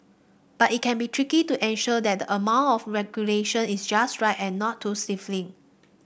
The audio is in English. but it can be tricky to ensure that the amount of regulation is just right and not too stifling